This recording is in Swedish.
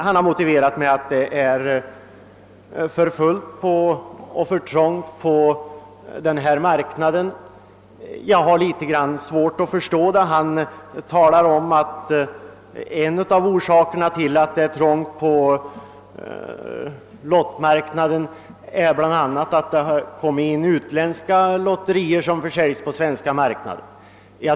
Han har motiverat utskottets ställningstagande med att det är för trångt på denna marknad. Jag har litet svårt att förstå den synpunkten. Han säger att en av orsakerna härtill är att det kommit in utländska lotterier på den svenska marknaden.